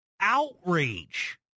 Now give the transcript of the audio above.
outrage